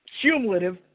cumulative